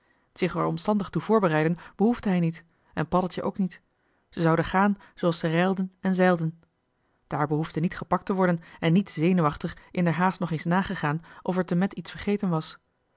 omstandig toe voorbereiden behoefde hij niet en paddeltje ook niet ze zouden gaan zooals ze reilden en zeilden daar behoefde niet gepakt te worden en niet zenuwachtig in der haast nog eens nagegaan of er temet iets vergeten was